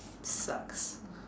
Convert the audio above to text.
sucks